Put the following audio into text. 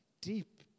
Deep